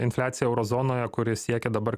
infliacija euro zonoje kuri siekia dabar